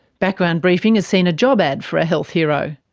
background briefing has seen a job ad for a health hero.